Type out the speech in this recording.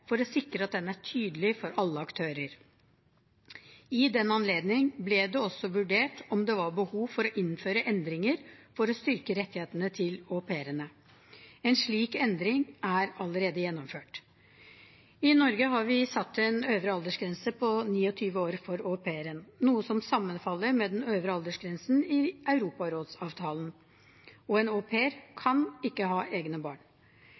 for å sikre at den er tydelig for alle aktører. I den anledning ble det også vurdert om det var behov for å innføre endringer for å styrke rettighetene til au pairene. En slik endring er allerede gjennomført. I Norge har vi satt en øvre aldersgrense på 29 år for au pairen, noe som sammenfaller med den øvre aldersgrensen i europarådsavtalen. Og en au pair kan ikke ha egne barn.